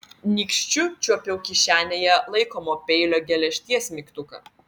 nykščiu čiuopiau kišenėje laikomo peilio geležtės mygtuką